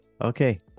Okay